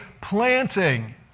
planting